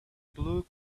blue